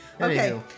Okay